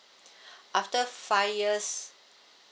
after five years